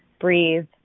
breathe